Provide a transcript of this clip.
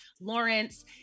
Lawrence